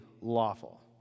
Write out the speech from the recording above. lawful